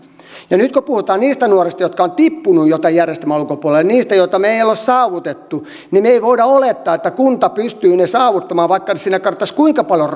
ja nyt kun puhutaan niistä nuorista jotka ovat tippuneet jo tämän järjestelmän ulkopuolelle niistä joita me emme ole saavuttaneet niin ei voida olettaa että kunta pystyy heidät saavuttamaan vaikka sinne kannettaisiin kuinka paljon